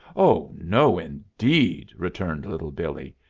oh, no, indeed, returned little billee.